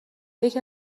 یکی